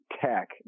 tech